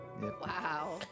Wow